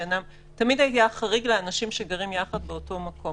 תמיד היה חריג לאנשים שגרים יחד באותו מקום,